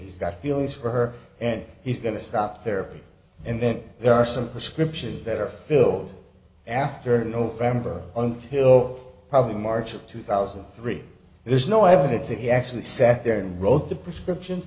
he's got feelings for her and he's going to stop therapy and then there are some prescriptions that are filled after november until probably march of two thousand three there's no evidence that he actually sat there and wrote the prescription